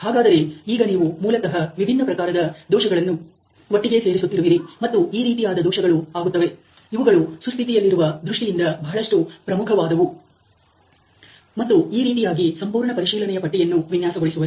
ಹಾಗಾದರೆ ಈಗ ನೀವು ಮೂಲತಃ ವಿಭಿನ್ನ ಪ್ರಕಾರದ ದೋಷಗಳನ್ನು ಒಟ್ಟಿಗೆ ಸೇರಿಸುತ್ತಿರುವಿರಿ ಮತ್ತು ಈ ರೀತಿಯಾಗಿ ದೋಷಗಳು ಆಗುತ್ತವೆ ಇವುಗಳು ಸುಸ್ಥಿತಿಯಲ್ಲಿಡುವ ದೃಷ್ಟಿಯಿಂದ ಬಹಳಷ್ಟು ಪ್ರಮುಖವಾದವು ಮತ್ತು ಈ ರೀತಿಯಾಗಿ ಸಂಪೂರ್ಣ ಪರಿಶೀಲನೆಯ ಪಟ್ಟಿಯನ್ನು ವಿನ್ಯಾಸಗೊಳಿಸುವರು